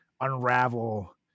unravel